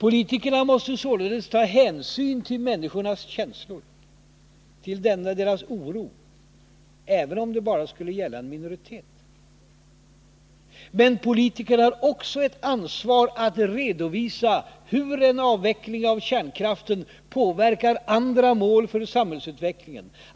Politikerna måste således ta hänsyn till människornas känslor, till denna deras oro, även om det bara skulle gälla en minoritet. Men politikerna har också ett ansvar att redovisa hur en avveckling av kärnkraften påverkar andra mål för samhällsutvecklingen.